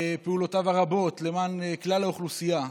פעולותיו הרבות למען כלל האוכלוסייה,